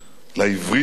לעברית,